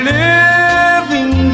living